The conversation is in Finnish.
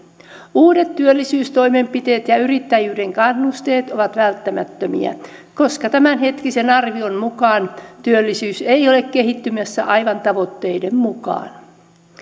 uudet työllisyystoimenpiteet ja yrittäjyyden kannusteet ovat välttämättömiä koska tämänhetkisen arvion mukaan työllisyys ei ole kehittymässä aivan tavoitteiden mukaan